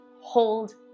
hold